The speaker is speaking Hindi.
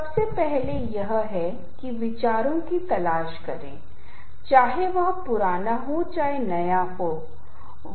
अब यह कैसे है कि स्वर्ग के अप्सराएँ उसे विचलित कर सकेंगी यदि उन्हें सफल होना है